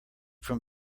from